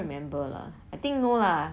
I can't remember I think no lah